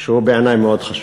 שבעיני הוא מאוד חשוב,